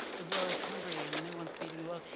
the world's hungry and no one's feeding the world.